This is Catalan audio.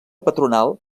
patronal